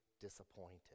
disappointed